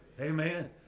Amen